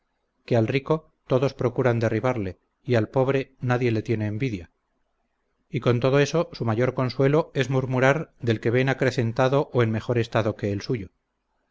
que al rico todos procuran derribarle y al pobre nadie le tiene envidia y con todo eso su mayor consuelo es murmurar del que ven acrecentado o en mejor estado que el suyo